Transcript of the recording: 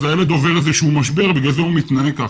אז הילד עובר איזשהו משבר ולכן הוא מתנהג כך.